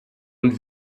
und